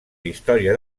història